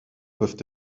peuvent